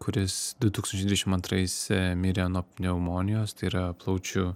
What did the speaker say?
kuris du tūkstančiai dvidešim antrais mirė nuo pneumonijos tai yra plaučių